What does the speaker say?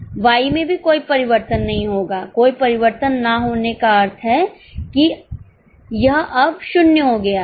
Y में भी कोई परिवर्तन नहीं होगा कोई परिवर्तन ना होने का अर्थ है कि यह अब 0 हो गया है